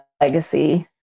legacy